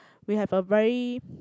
we have a very